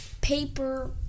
paper